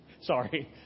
Sorry